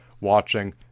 watching